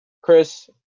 Chris